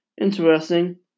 interesting